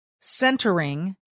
centering